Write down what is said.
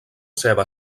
seva